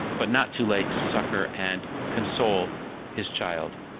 but not too late to succor and console his child.